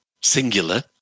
singular